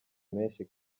menshi